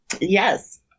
yes